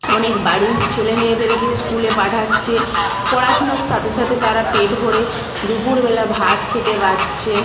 অনেক বাড়ির ছেলে মেয়েদেরকে স্কুলে পাঠাচ্ছে পড়াশুনার সাথে সাথে তারা পেট ভরে দুপুরবেলা ভাত খেতে পারছে